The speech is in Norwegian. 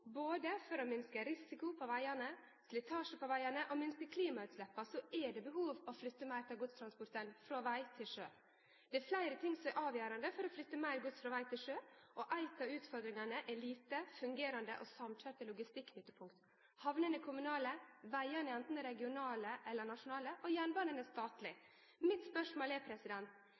For å minske både risiko på vegane, slitasje på vegane og ikkje minst klimautsleppa, er det behov for å flytte meir av godstransporten frå veg til sjø. Det er fleire ting som er avgjerande for å flytte meir gods frå veg til sjø, og ei av utfordringane er lite fungerande og samkjørte logistikknutepunkt. Hamnene er kommunale, vegane er anten regionale eller nasjonale, og jernbanen er statleg. Mitt spørsmål er: